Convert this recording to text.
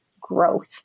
growth